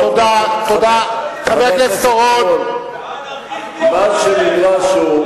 זה אנרכיסטים, מה שנדרש הוא,